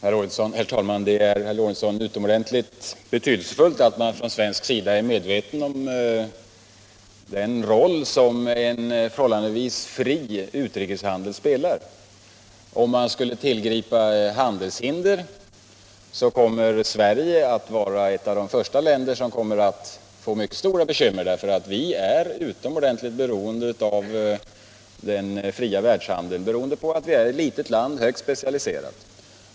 Herr talman! Det är, herr Lorentzon i Kramfors, utomordentligt betydelsefullt att man på svenskt håll är medveten om den roll som en förhållandevis fri utrikeshandel spelar. Om man skulle tillgripa handelshinder, kommer Sverige att vara ett av de första länder som kommer att få mycket stora bekymmer. Vi är utomordentligt beroende av den fria världshandeln, eftersom vårt land är litet och högt specialiserat.